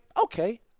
okay